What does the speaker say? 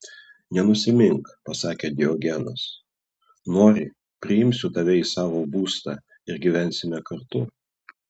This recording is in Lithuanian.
nenusimink pasakė diogenas nori priimsiu tave į savo būstą ir gyvensime kartu